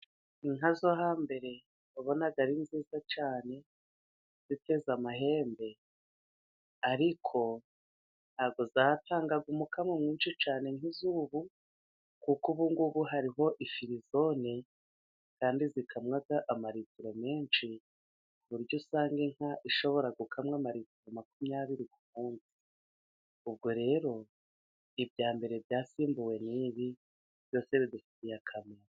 Inka zo hambere wabonaga ari nziza cyane, ziteze amahembe ariko nta bwo zatangaga umukamo mwinshi cyane nk'iz'ubu. Kuko ubu ngubu hariho ifirizone kandi zikamwa amaritiro menshi, ku buryo usanga inka ishobora gukamwa amaritiro makumyabiri ku munsi. Ubwo rero ibya mbere byasimbuwe n'ibi byose bidufitiye akamaro.